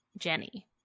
Jenny